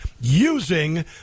using